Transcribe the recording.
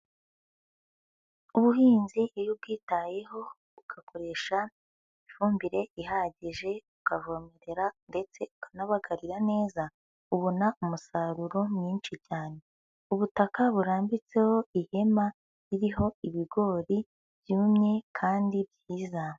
Ubuhinzi iyo ubwitayeho, ugakoresha ifumbire ihagije, ukavomerera ndetse ukanabagarira neza, ubona umusaruro mwinshi cyane. Ubutaka burambitseho ihema ririho ibigori byumye kandi byiza.